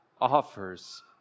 offers